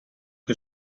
che